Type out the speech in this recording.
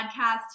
podcast